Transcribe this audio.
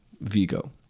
Vigo